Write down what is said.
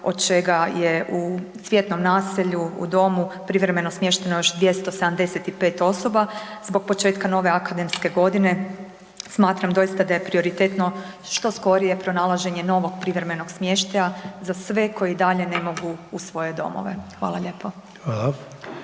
od čega je u Cvjetnom naselju, u domu privremeno smješteno još 275 osoba, zbog početka nove akademske godine, smatram doista da je prioritetno što skorije pronalaženje novog privremenog smještaja za sve koji i dalje ne mogu u svoje domove. Hvala lijepo.